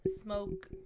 smoke